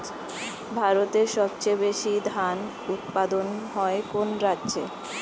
ভারতের সবচেয়ে বেশী ধান উৎপাদন হয় কোন রাজ্যে?